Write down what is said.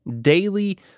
daily